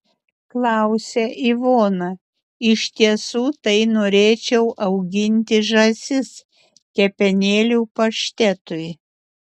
klausia ivona iš tiesų tai norėčiau auginti žąsis kepenėlių paštetui